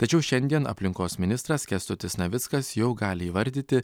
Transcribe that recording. tačiau šiandien aplinkos ministras kęstutis navickas jau gali įvardyti